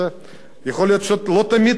יכול להיות שלא תמיד הסכמתי עם זה,